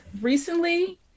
recently